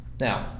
Now